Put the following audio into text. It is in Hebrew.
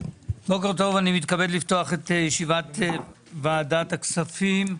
בוקר טוב, אני מתכבד לפתוח את ישיבת ועדת הכספים.